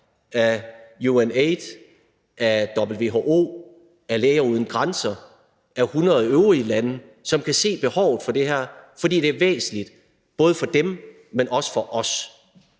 af UNAIDS, af WHO, af Læger uden Grænser, af 100 øvrige lande, som kan se behovet for det her, fordi det er væsentligt både for dem, men også for os.